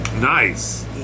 Nice